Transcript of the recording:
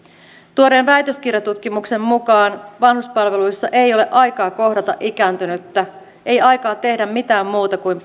tuoreen väitöskirjatutkimuksen mukaan vanhuspalveluissa ei ole aikaa kohdata ikääntynyttä ei aikaa tehdä mitään muuta kuin